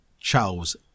Charles